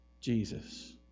Jesus